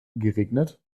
geregnet